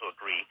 agree